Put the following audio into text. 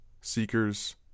seekers